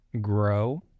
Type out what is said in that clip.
grow